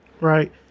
Right